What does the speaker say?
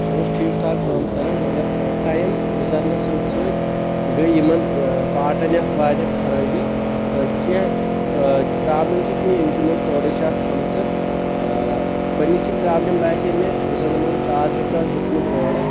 سُہ اوس ٹھیک ٹھاک کٲم کران مگر ٹایم گُزارنہٕ سۭتۍ سۭتۍ گے یِمن پاٹن یتھ واریاہ خرٲبی تہٕ کینٛہہ پرابلِم چھِ تہِ یِم تِمو تورٕ چھِ اتھ تھامژٕ اۭن گۄڈنچی پرابلِم باسے مےٚ یُس زن یِمو چارجر چھُ اتھ دیٚتمُت اورٕ